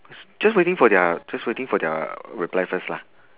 s~ just waiting for their just waiting for their reply first lah